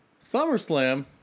SummerSlam